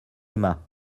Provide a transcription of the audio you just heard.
aima